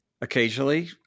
Occasionally